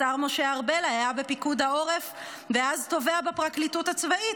השר משה ארבל היה בפיקוד העורף ואז תובע בפרקליטות הצבאית,